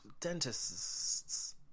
dentists